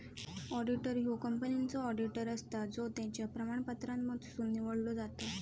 auditor ह्यो कंपनीचो auditor असता जो त्याच्या प्रमाणपत्रांमधसुन निवडलो जाता